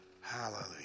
hallelujah